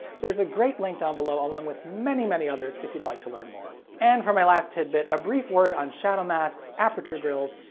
there's a great link down below, along with many many others, if you'd like to learn more. and for my last tid-bit, a brief word on shadow masks, aperture grilles,